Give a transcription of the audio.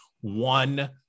one